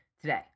today